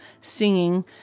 singing